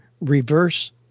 reverse